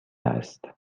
است